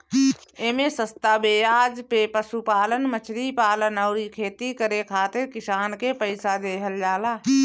एमे सस्ता बेआज पे पशुपालन, मछरी पालन अउरी खेती करे खातिर किसान के पईसा देहल जात ह